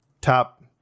top